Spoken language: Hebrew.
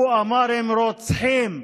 הוא אמר: הם רוצחים.